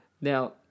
Now